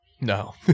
No